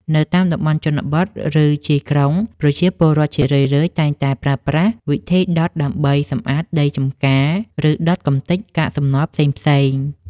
នៅតាមតំបន់ជនបទ ឬជាយក្រុង ប្រជាពលរដ្ឋជារឿយៗតែងតែប្រើប្រាស់វិធីដុតដើម្បីសម្អាតដីចម្ការ ឬដុតកម្ទេចកាកសំណល់ផ្សេងៗ។